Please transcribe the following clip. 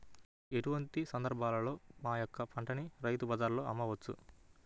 ఎటువంటి సందర్బాలలో మా యొక్క పంటని రైతు బజార్లలో అమ్మవచ్చు?